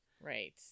Right